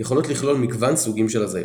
יכולות לכלול מגוון סוגים של הזיות,